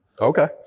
Okay